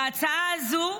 בהצעה הזו,